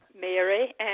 Mary